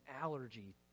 allergy